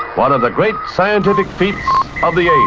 one of the great scientific feats of the